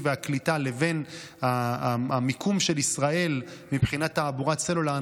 והקליטה לבין המיקום של ישראל מבחינת תעבורת סלולר.